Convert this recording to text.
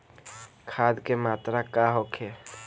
खाध के मात्रा का होखे?